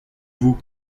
vous